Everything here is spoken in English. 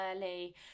early